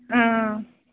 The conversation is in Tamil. ம் ம்